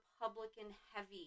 Republican-heavy